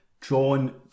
Drawn